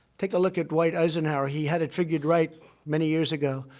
take a look at dwight eisenhower he had it figured right many years ago.